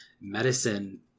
medicine